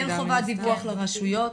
אין חובת דיווח לרשויות,